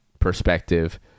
perspective